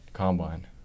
combine